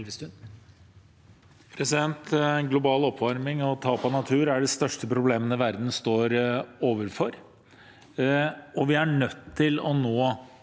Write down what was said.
Global oppvarming og tap av natur er de største problemene verden står overfor, og vi er nødt til å nå